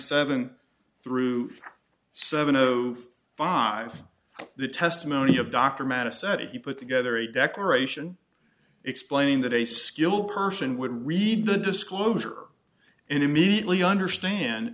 seven through seven o five the testimony of dr madison that he put together a declaration explaining that a skilled person would read the disclosure and immediately understand